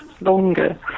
longer